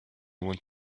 want